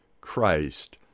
Christ